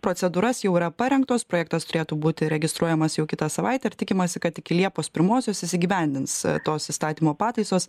procedūras jau yra parengtos projektas turėtų būti registruojamas jau kitą savaitęir tikimasi kad iki liepos pirmosios įsigyvendins tos įstatymo pataisos